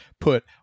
put